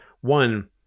one